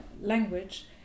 language